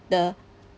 the